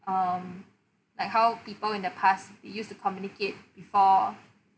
um like how people in the past used to communicate before